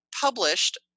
published